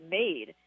made